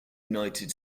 united